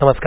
नमस्कार